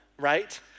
right